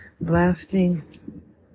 blasting